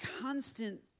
constant